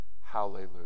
hallelujah